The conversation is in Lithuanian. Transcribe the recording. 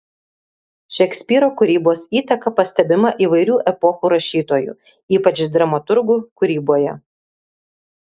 šekspyro kūrybos įtaka pastebima įvairių epochų rašytojų ypač dramaturgų kūryboje